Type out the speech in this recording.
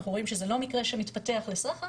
אנחנו רואים שזה לא מקרה שמתפתח לסחר,